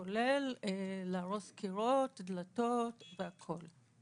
כולל להרוס קירות, דלתות וכולי.